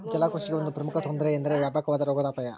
ಜಲಕೃಷಿಗೆ ಒಂದು ಪ್ರಮುಖ ತೊಂದರೆ ಎಂದರೆ ವ್ಯಾಪಕವಾದ ರೋಗದ ಅಪಾಯ